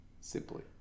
simply